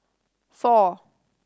four